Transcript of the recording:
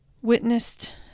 witnessed